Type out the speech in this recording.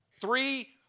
three